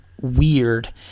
weird